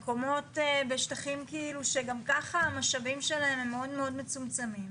מקומות בשטחים שגם ככה המשאבים שלהם מאוד מאוד מצומצמים,